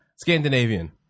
Scandinavian